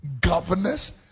governors